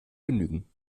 genügen